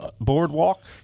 Boardwalk